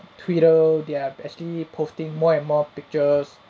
twitter they're actually posting more and more pictures